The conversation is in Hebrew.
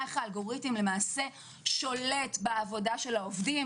איך האלגוריתם שולט למעשה בעבודה של העודים.